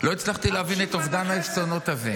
לא הצלחתי להבין את אובדן העשתונות הזה.